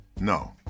No